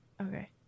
Okay